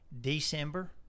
December